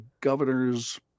governor's